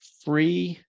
free